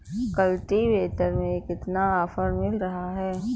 Cultivator में कितना offer मिल रहा है?